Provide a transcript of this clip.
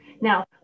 now